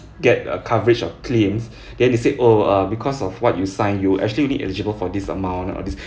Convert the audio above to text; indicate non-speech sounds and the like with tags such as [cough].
get a coverage of claims [breath] then they said oh uh because of what you sign you actually did eligible for this amount all this